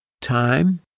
time